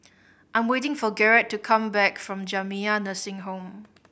I'm waiting for Garett to come back from Jamiyah Nursing Home